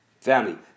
Family